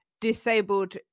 disabled